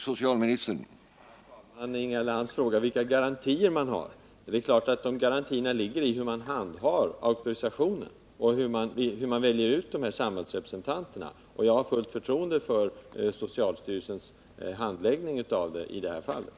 Herr talman! Inga Lantz frågar vilka garantier man har. De garantierna ligger i hur man handhar auktorisationen och hur man väljer samhällsrepresentanterna. Jag har fullt förtroende för socialstyrelsens handläggning av den saken.